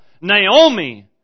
Naomi